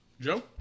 Joe